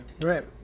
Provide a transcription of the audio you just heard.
Right